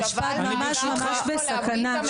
--- ממש, ממש בסכנה.